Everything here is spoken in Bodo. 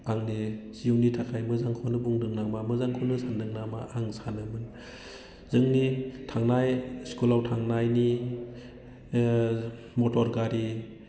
आंनि जिउनि थाखाय मोजांखौनो बुंदों नामा मोजांखौनो सान्दों नामा आं सानोमोन जोंनि थांनाय स्कुलाव थांनायनि मटरगारि